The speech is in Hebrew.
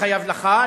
שחייב לך,